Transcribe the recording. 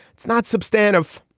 it's not substantive.